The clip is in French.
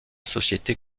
société